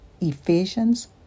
Ephesians